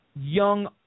young